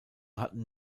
hatten